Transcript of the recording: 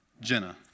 Jenna